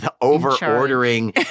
over-ordering